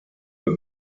but